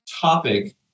topic